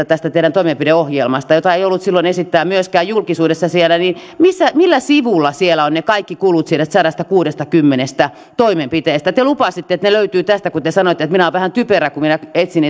tästä teidän toimenpideohjelmastanne kulurakennetta jota ei ollut silloin esittää myöskään julkisuudessa niin millä sivulla siellä ovat ne kaikki kulut niistä sadastakuudestakymmenestä toimenpiteestä te lupasitte että ne löytyvät tästä ja te sanoitte että minä olen vähän typerä kun minä etsin